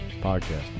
podcast